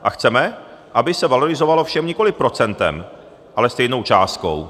A chceme, aby se valorizovalo všem nikoliv procentem, ale stejnou částkou.